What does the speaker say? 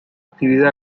actividad